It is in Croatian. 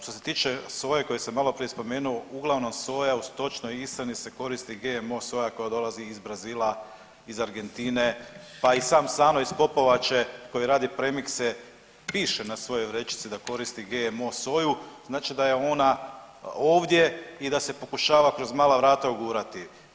Što se tiče soje koju sam maloprije spomenuo, uglavnom soja u stočnoj ishrani se koristi GMO soja koja dolazi iz Brazila, iz Argentine, pa i sam Sano iz Popovače koji radi premikse piše na svojoj vrećici da koristi GMO soju, znači da je ona ovdje i da se pokušava kroz mala vrata ugurati.